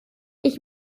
ich